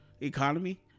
economy